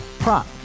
Prop